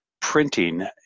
printing